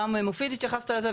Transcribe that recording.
גם מופיד התייחסת לזה,